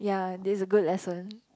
ya this a good lesson